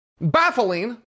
baffling